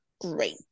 great